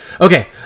okay